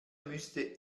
müsste